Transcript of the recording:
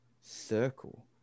circle